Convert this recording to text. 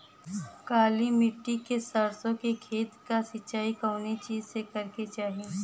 काली मिट्टी के सरसों के खेत क सिंचाई कवने चीज़से करेके चाही?